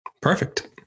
Perfect